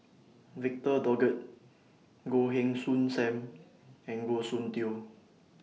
Victor Doggett Goh Heng Soon SAM and Goh Soon Tioe